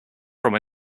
from